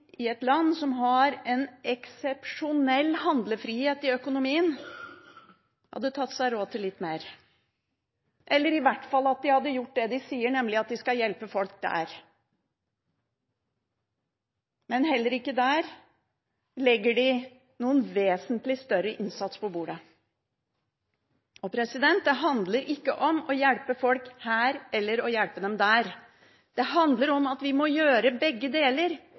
i et land som har en eksepsjonell handlefrihet i økonomien, hadde tatt seg råd til litt mer, eller at de i hvert fall hadde gjort det de sier at de skal gjøre, nemlig å hjelpe folk der. Men heller ikke der legger de noen vesentlig større innsats på bordet. Det handler ikke om å hjelpe folk her eller å hjelpe dem der. Det handler om at vi må gjøre begge deler.